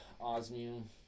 Osmium